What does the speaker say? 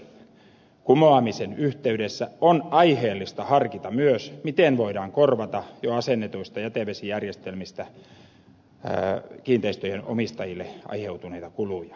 asetuksen kumoamisen yhteydessä on aiheellista harkita myös miten voidaan korvata jo asennetuista jätevesijärjestelmistä kiinteistöjen omistajille aiheutuneita kuluja